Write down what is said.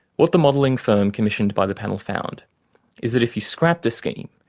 what the modelling firm commissioned by the panel found is that if you scrap the scheme,